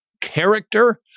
character